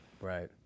Right